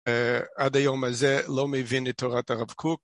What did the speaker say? עד היום הזה לא מבין את תורת הרב קוק.